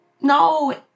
no